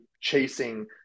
chasing